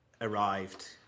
arrived